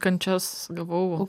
kančias gavau